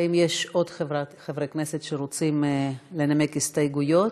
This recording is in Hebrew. האם יש עוד חברי כנסת שרוצים לנמק הסתייגויות?